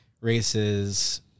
races